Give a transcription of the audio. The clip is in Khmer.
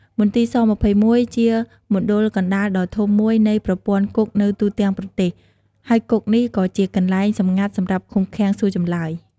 មន្ទីរស‑២១ ជាមណ្ឌលកណ្តាលដ៏ធំមួយនៃប្រព័ន្ធគុកនៅទូទាំងប្រទេស ហើយគុកនេះក៏ជាកន្លែងសម្ងាត់សម្រាប់ឃុំឃាំង សួរចម្លើយ។